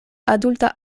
adulta